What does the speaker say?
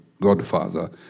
Godfather